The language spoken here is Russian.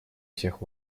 всех